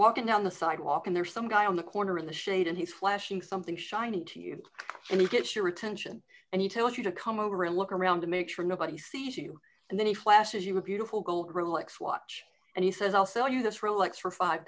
walking down the sidewalk and there's some guy on the corner in the shade and he's flashing something shiny to you and he gets your attention and he tells you to come over and look around to make sure nobody sees you and then he flashes you a beautiful gold rolex watch and he says i'll sell you this rolex for five